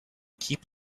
keep